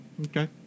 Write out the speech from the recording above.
Okay